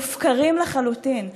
מופקרים לחלוטין.